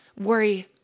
worry